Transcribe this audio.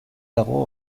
dago